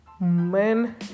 Man